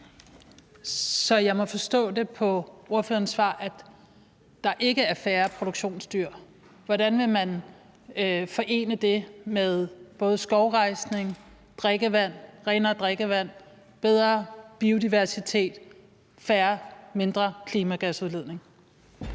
Så jeg må forstå Troels Lund Poulsens svar sådan, at der ikke skal være færre produktionsdyr. Hvordan vil man forene det med både skovrejsning, renere drikkevand, bedre biodiversitet og færre og mindre klimagasudledninger?